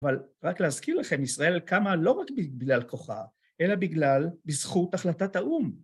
אבל רק להזכיר לכם, ישראל קמה לא רק בגלל כוחה, אלא בגלל, בזכות, החלטת האו"ם.